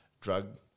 drug